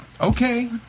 okay